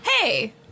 Hey